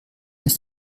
ist